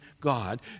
God